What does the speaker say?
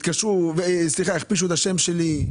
הכפישו את השם שלי.